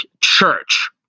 Church